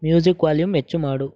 music volume ಹೆಚ್ಚು ಮಾಡು